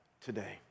today